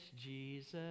Jesus